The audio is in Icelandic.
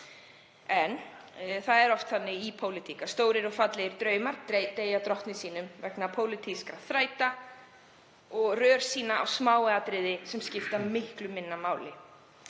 Það er oft þannig í pólitík að stórir og fallegir draumar deyja drottni sínum vegna pólitískra þræta og rörsýnar á smáatriði sem skipta miklu minna máli.